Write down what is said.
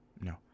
No